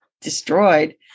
destroyed